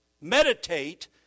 meditate